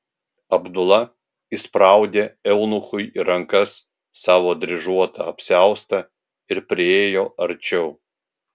abdula įspraudė eunuchui į rankas savo dryžuotą apsiaustą ir priėjo arčiau